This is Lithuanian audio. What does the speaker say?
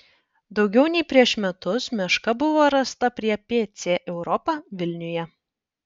daugiau nei prieš metus meška buvo rasta prie pc europa vilniuje